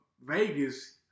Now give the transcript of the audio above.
Vegas